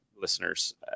listeners